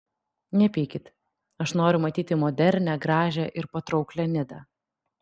nepykit aš noriu matyti modernią gražią ir patrauklią nidą